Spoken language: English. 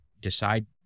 decide